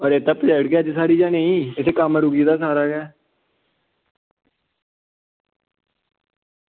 रेता भेजाई ओड़गे अज्ज जां नेईं इद्धर कम्म रुकी गेदा साढ़ा ते